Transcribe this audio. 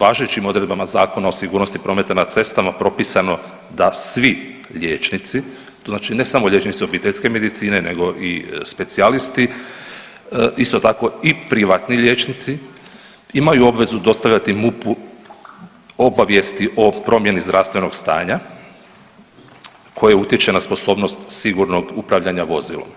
važećim odredbama Zakona o sigurnosti prometa na cestama propisano da svi liječnici, to znači ne samo liječnici obiteljske medicine nego i specijalisti isto tako i privatni liječnici, imaju obvezu dostavljati MUP-u obavijesti o promjeni zdravstvenog stanja koje utječe na sposobnost sigurnog upravljanja vozilom.